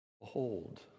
behold